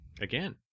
Again